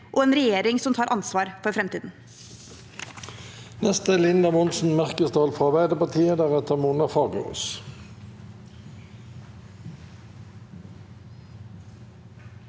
og en regjering som tar ansvar for framtiden.